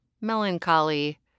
melancholy